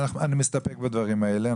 אנחנו נסתפק בדברים האלה,